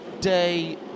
day